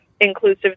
inclusive